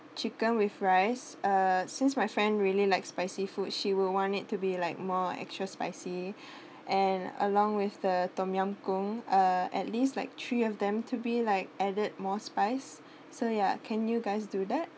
chicken with rice uh since my friend really like spicy food she would want it to be like more extra spicy and along with the tom yum goong (uh)at least like three of them to be like added more spice so yeah can you guys do that